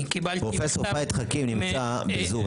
אני קיבלתי מ --- פרופ' פהד חכים נמצא בזום,